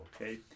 okay